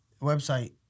website